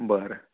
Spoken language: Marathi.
बरं